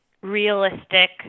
realistic